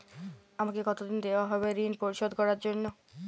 আমাকে কতদিন দেওয়া হবে ৠণ পরিশোধ করার জন্য?